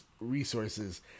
resources